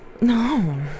No